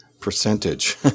percentage